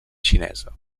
xinesa